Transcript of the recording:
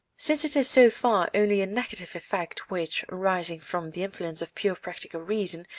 since it is so far only a negative effect which, arising from the influence of pure practical reason,